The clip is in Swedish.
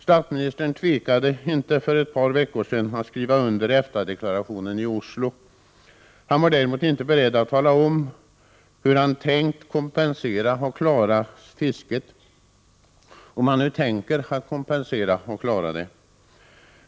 Statsministern tvekade inte för ett par veckor sedan att skriva under EFTA-deklarationen i Oslo. Han var däremot inte beredd att tala om, hur han tänkt kompensera och klara fisket — om han nu tänker kompensera och klara det.